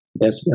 Yes